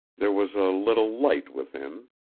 there was a little light within.